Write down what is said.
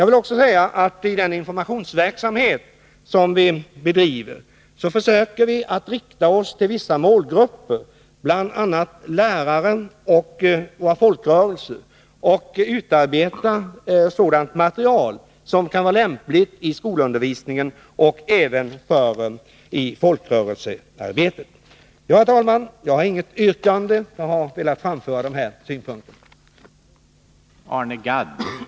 I den informationsverksamhet som vi bedriver försöker vi att rikta oss till vissa målgrupper, bl.a. lärarna och folkrörelserna, och utarbeta sådant material som kan vara lämpligt i skolundervisningen och i folkrörelsearbetet. Herr talman! Jag har bara velat framföra dessa synpunkter, och jag har inget yrkande.